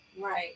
Right